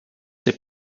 ses